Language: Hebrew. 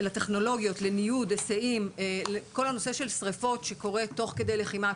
לטכנולוגיות; לניוד; להיסעים; לכל הנושא של שריפות שקורה תוך כדי לחימה.